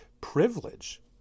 privilege